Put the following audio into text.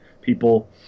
people